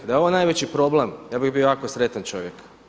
Da je ovo najveći problem ja bih bio jako sretan čovjek.